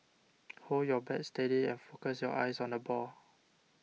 hold your bat steady and focus your eyes on the ball